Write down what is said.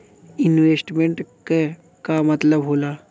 Investment क का मतलब हो ला?